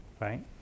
right